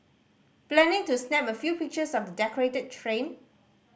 planning to snap a few pictures of the decorated train